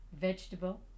vegetable